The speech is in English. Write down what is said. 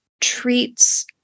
treats